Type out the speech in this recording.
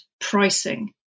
pricing